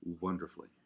wonderfully